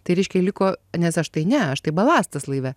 tai reiškia liko nes aš tai ne aš tai balastas laive